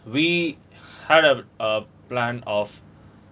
we had a a plan of